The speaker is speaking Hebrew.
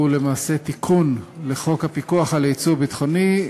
הוא למעשה תיקון לחוק הפיקוח על יצוא ביטחוני,